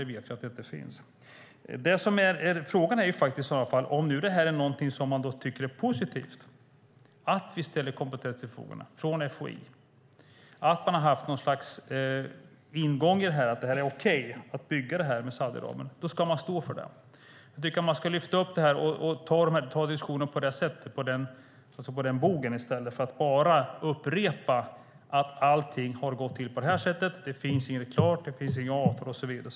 Det vet vi att det inte finns. Frågan är om detta att man ställer kompetens till förfogande från FOI är någonting man tycker är positivt. Har man haft något slags ingång att det är okej att bygga detta med Saudiarabien ska man stå för det. Jag tycker att man ska lyfta upp detta och ta diskussionen på den bogen i stället för att bara upprepa att allting har gått till på det här sättet, att det inte finns något klart, att det inte finns avtal och så vidare.